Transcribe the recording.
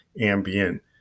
ambient